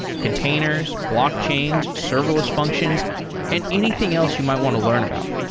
containers, blockchains, serverless functions and anything else you might want to learn about.